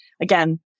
again